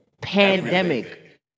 pandemic